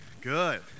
Good